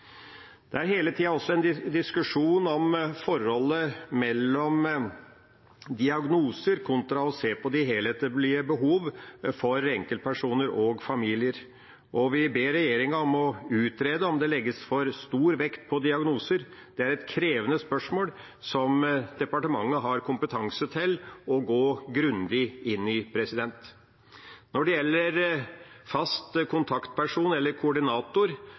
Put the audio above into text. Det er hele tida også en diskusjon om forholdet mellom diagnoser kontra det å se på de helhetlige behovene til enkeltpersoner og familier, og vi ber regjeringa om å utrede hvorvidt det legges for stor vekt på diagnoser. Det er et krevende spørsmål som departementet har kompetanse til å gå grundig inn i. Når det gjelder fast kontaktperson eller koordinator,